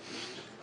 הפנים.